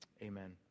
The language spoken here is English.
Amen